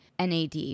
NAD